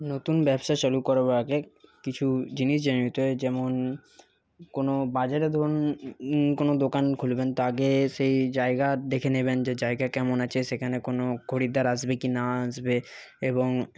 নতুন ব্যবসা চালু করার আগে কিছু জিনিস জেনে নিতে হয় যেমন কোনো বাজারে ধরুন কোনো দোকান খুলবেন তো আগে সেই জায়গা দেখে নেবেন সেই জায়গা কেমন আছে সেখানে কোনো খরিদ্দার আসবে কি না আসবে এবং